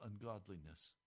ungodliness